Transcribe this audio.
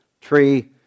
tree